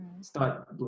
start